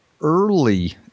early